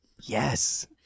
Yes